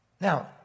Now